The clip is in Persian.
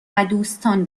ودوستان